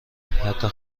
حتی